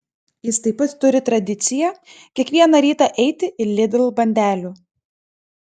jis taip pat turi tradiciją kiekvieną rytą eiti į lidl bandelių